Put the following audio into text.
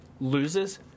loses